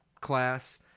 class